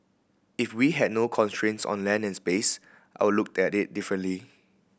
if we had no constraints on land and space I would look at it differently